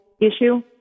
issue